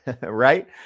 right